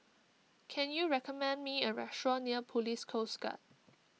can you recommend me a restaurant near Police Coast Guard